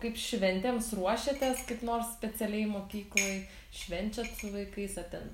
kaip šventėms ruošiatės kaip nors specialiai mokykloj švenčiat su vaikais a ten